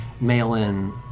mail-in